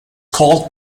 called